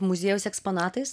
muziejaus eksponatais